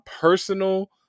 personal